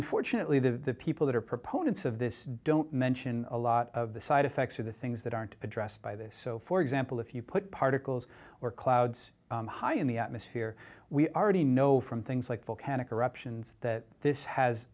unfortunately the people that are proponents of this don't mention a lot of the side effects are the things that aren't addressed by this so for example if you put particles or clouds high in the atmosphere we already know from things like volcanic eruptions that this has